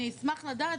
אני אשמח לדעת,